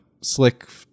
slick